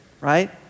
right